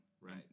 right